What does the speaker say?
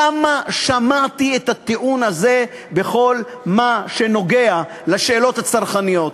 כמה שמעתי את הטיעון הזה בכל מה שנוגע לשאלות הצרכניות.